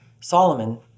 Solomon